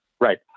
Right